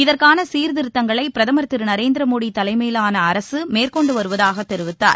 இதற்கான சீர்திருத்தங்களை பிரதமர் திரு நரேந்திர மோடி தலைமையிலான அரசு மேற்கொண்டு வருவதாகத் தெரிவித்தார்